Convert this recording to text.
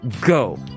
go